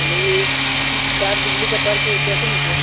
hello ये तार बिजली का तार के कैसे मीटर है